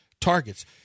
targets